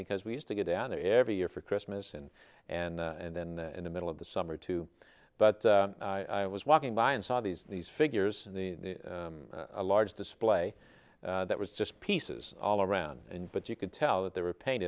because we used to get down there every year for christmas and and and then in the middle of the summer too but i was walking by and saw these these figures in the large display that was just pieces all around and but you could tell that they were paint